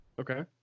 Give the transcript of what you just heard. okay